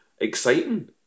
exciting